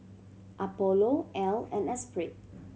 Apollo Elle and Espirit